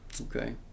Okay